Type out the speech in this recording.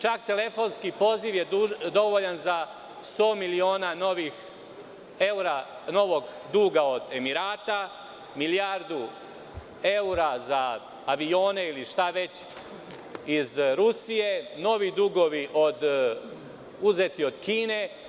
Čak telefonski poziv je dovoljan za 100 miliona evra novog duga od Emirata, milijardu evra za avione ili šta već iz Rusije, novi dugovi uzeti od Kine.